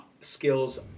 skills